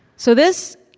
so this